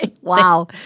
Wow